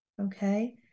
okay